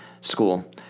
School